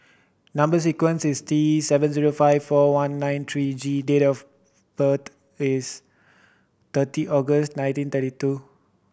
number sequence is T seven zero five four one nine three G date of birth is thirty August nineteen thirty two